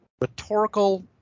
rhetorical